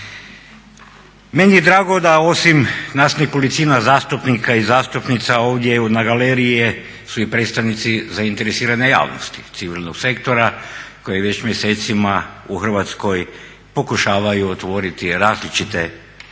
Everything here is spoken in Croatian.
Meni je drago da osim nas nekolicina zastupnika i zastupnica ovdje na galeriji su i predstavnici zainteresirane javnosti civilnog sektora koji već mjesecima u Hrvatskoj pokušavaju otvoriti različite vidove